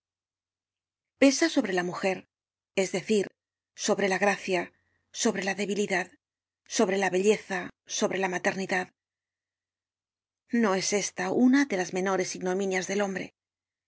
pesa sobre la mujer es decir sobre la gracia sobre la debilidad sobre la belleza sobre la maternidad no es esta una de las menores ignominias del hombre